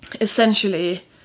essentially